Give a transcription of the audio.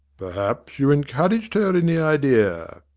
perhaps you encouraged her in the idea?